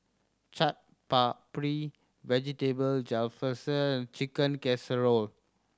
Chaat Papri Vegetable Jalfrezi and Chicken Casserole